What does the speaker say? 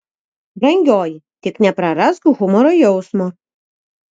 brangioji tik neprarask humoro jausmo